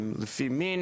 לפי מין